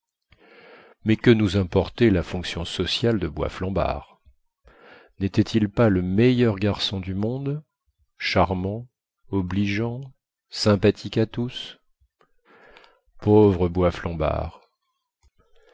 mais que nous importait la fonction sociale de boisflambard nétait il pas le meilleur garçon du monde charmant obligeant sympathique à tous pauvre